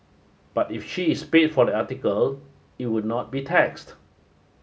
but if she is paid for the article it would not be taxed